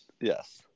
Yes